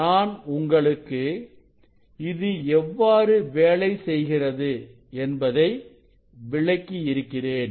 நான் உங்களுக்கு இது எவ்வாறு வேலை செய்கிறது என்பதை விளக்கியிருக்கிறேன்